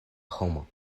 homo